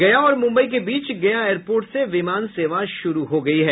गया और मुम्बई के बीच गया एयरपोर्ट से विमान सेवा शुरू हो गई है